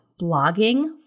blogging